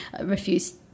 refused